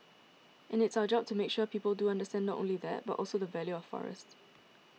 and it's our job to make sure people do understand not only that but also the value of forest